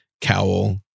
cowl